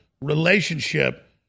relationship